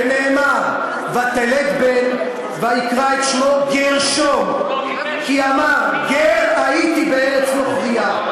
ונאמר: "ותלד בן ויקרא שמו גרשֹם כי אמר גר הייתי בארץ נכריה".